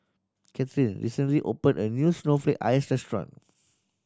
Kathern recently opened a new snowflake ice restaurant